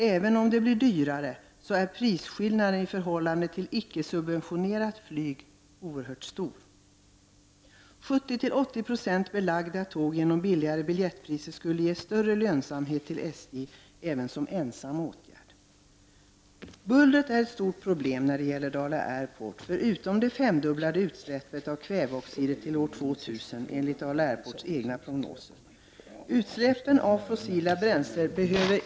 Även om det blir dyrare är prisskillnaden i förhållande till icke-subventionerat flyg oerhört stor. Billigare biljetter och därmed 70—80 20 belagda tåg skulle, även som ensam åtgärd, ge SJ större lönsamhet. Bullret är ett stort problem när det gäller Dala Airport, förutom de fyrdubblade utsläppen av kväveoxider fram till år 2000, enligt Dala Airports egna prognoser.